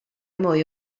mwy